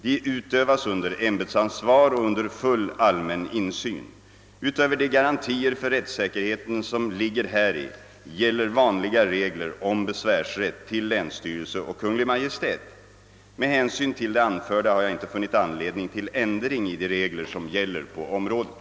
Dö utövas under ämbetsansvar och under full allmän insyn. Utöver de garantier för rättssäkerheten söm ''ligger ' häri ' gäller vanliga regler om 'besvärsrätt till 'länsstyrelse och Kungl. Maj:t. Med hänsyn till det anförda" har jag inte funnit anledning till ändring i de regler som 'gäller på området.